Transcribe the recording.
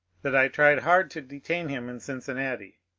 that i tried hard to de tain him in cincinnati.